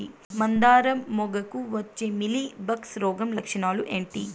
మందారం మొగ్గకు వచ్చే మీలీ బగ్స్ రోగం లక్షణాలు ఏంటి?